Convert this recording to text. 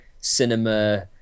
cinema